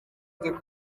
waranze